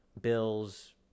bills